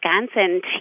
Wisconsin